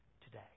today